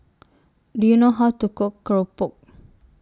Do YOU know How to Cook Keropok